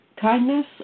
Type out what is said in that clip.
kindness